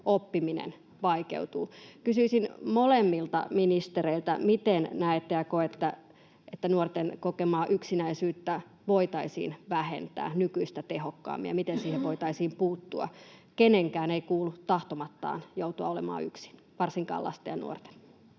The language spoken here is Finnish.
oppiminen vaikeutuu. Kysyisin molemmilta ministereiltä: miten näette ja koette, että nuorten kokemaa yksinäisyyttä voitaisiin vähentää nykyistä tehokkaammin ja miten siihen voitaisiin puuttua? Kenenkään ei kuulu tahtomattaan joutua olemaan yksin, varsinkaan lasten ja nuorten.